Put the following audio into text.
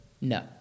No